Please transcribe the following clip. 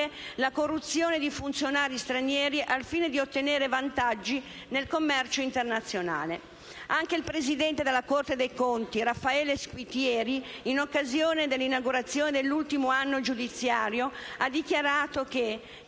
la corruzione di funzionari stranieri al fine di ottenere vantaggi nel commercio internazionale. Anche il presidente della Corte dei conti, Raffaele Squitieri, in occasione dell'inaugurazione dell'ultimo anno giudiziario, ha dichiarato che